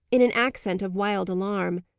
in an accent of wild alarm.